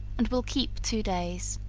and will keep two days.